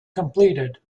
completed